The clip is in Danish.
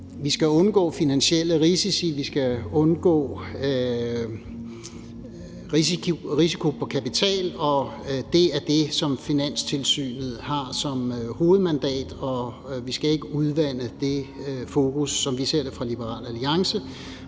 Vi skal undgå finansielle risici, vi skal undgå risiko for kapital, og det er det, som Finanstilsynet har som hovedmandat, og som vi ser det fra Liberal Alliances